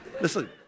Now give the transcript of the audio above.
Listen